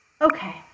Okay